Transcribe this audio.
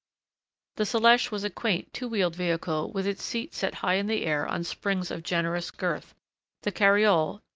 the celeche was a quaint two-wheeled vehicle with its seat set high in the air on springs of generous girth the carriole,